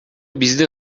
бизди